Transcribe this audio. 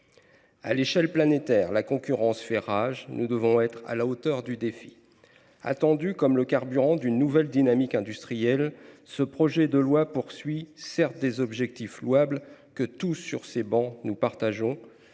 À l’échelle planétaire, la concurrence fait rage. Nous devons être à la hauteur du défi. Attendu comme le carburant d’une nouvelle dynamique industrielle, ce projet de loi vise, certes, des objectifs louables que nous partageons